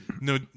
no